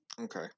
Okay